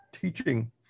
teaching